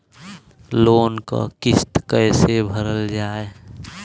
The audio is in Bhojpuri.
लोन क किस्त कैसे भरल जाए?